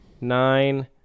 nine